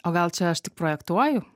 o gal čia aš tik projektuoju